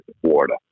Florida